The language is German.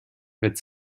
wird